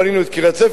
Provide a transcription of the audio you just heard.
בנינו את קריית-ספר,